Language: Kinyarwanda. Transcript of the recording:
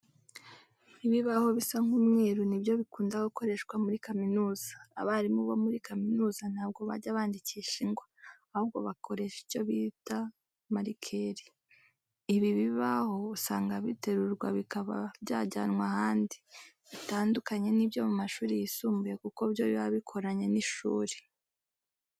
Ibibaho bisa nk'umweru ni byo bikunda gukoreshwa muri kaminuza. Abarimu bo muri kaminuza ntabwo bajya bandikisha ingwa, ahubwo bakoresha icyo twita marikeri. Ibi bibaho usanga biterurwa bikaba byajyanwa ahandi, bitandukanye n'ibyo mu mashuri yisumbuye kuko byo biba bikoranye n'ishuri.